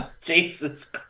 Jesus